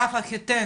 הרב חיתן,